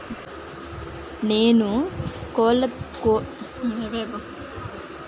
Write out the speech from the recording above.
నేను కోళ్ళు పెంచాలనుకున్నపుడు, బ్యాంకు యార్డ్ పౌల్ట్రీ కి ప్రభుత్వ పథకాల అమలు లో ప్రాధాన్యత ఉంటుందా?